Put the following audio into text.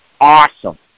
awesome